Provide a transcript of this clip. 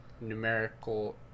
numerical